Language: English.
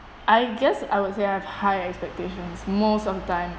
I guess I would say I have high expectations most of time